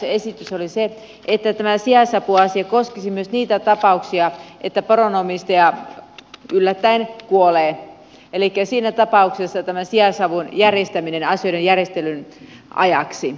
lisäysesitys oli se että tämä sijaisapuasia koskisi myös niitä tapauksia että poron omistaja yllättäen kuolee elikkä siinä tapauksessa tämän sijaisavun järjestäminen asioiden järjestelyn ajaksi